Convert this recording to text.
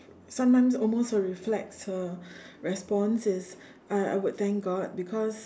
sometimes almost a reflex uh response is I I would thank god because